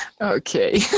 okay